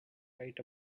right